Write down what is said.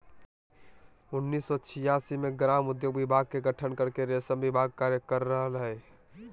उन्नीस सो छिआसी मे ग्रामोद्योग विभाग के गठन करके रेशम विभाग कार्य कर रहल हई